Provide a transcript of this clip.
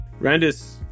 Randis